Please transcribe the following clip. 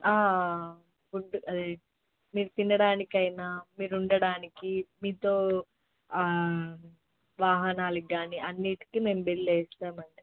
అది మీరు తినడానికైనా మీరు ఉండడానికి మీతో వాహనాలకి కానీ అన్నిటికి మేము బిల్లు వేస్తామండి